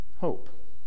hope